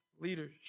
leadership